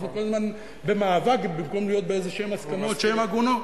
אנחנו כל הזמן במאבק במקום להיות בהסכמות שהן הגונות.